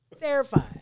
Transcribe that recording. Terrified